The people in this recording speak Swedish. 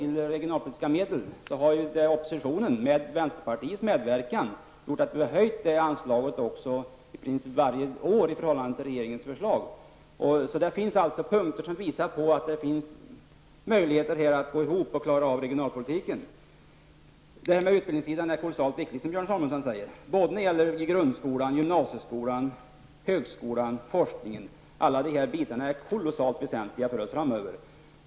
På regionalpolitikens område har oppositionen med vänsterpartiets medverkan t.ex. höjt anslaget till regionpolitiska medel i princip varje år i förhållande till regeringens förslag. Det finns således punkter som visar på att det finns möjligheter att gå ihop och klara av regionalpolitiken. Utbildningssidan är mycket viktig, som Björn Samuelson säger. Det gäller grundskolan, gymnasieskolan, högskolan och forskningen. Alla dessa bitar är mycket väsentliga för oss framöver.